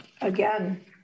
Again